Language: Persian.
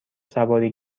سواری